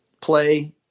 play